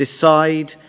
decide